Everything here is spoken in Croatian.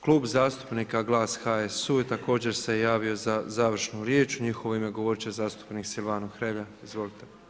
Klub zastupnika Glas-HSU također se javio za završnu riječ, u njihov ime govorit će zastupnik Silvano Hrelja, izvolite.